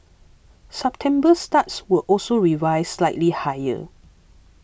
September starts were also revised slightly higher